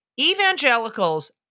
evangelicals